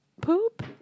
poop